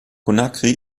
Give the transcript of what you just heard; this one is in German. conakry